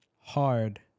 hard